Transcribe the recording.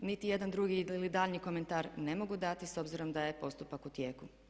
Niti jedan drugi ili daljnji komentar ne mogu dati s obzirom da je postupak u tijeku.